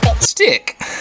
Stick